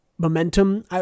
momentum